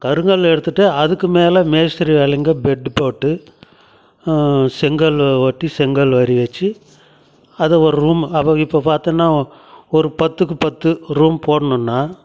கருங்கல் எடுத்துகிட்டு அதுக்கு மேலே மேஸ்திரி வேலைங்க பெட்டு போட்டு செங்கல் ஒட்டி செங்கல் வரி வெச்சு அதை ஒரு ரூம் அப இப்போ பார்த்தின்னா ஒரு பத்துக்கு பத்து ரூம் போடணுன்னா